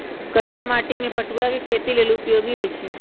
करिया माटि में पटूआ के खेती लेल उपयोगी होइ छइ